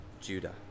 Judah